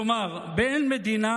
כלומר, באין מדינה,